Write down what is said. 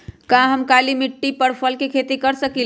का हम काली मिट्टी पर फल के खेती कर सकिले?